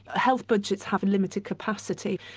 ah health budgets have a limited capacity.